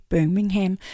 Birmingham